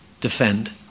defend